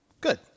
Good